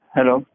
Hello